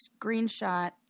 screenshot